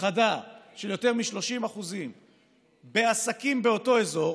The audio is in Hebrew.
חדה של יותר מ-30% בעסקים באותו אזור,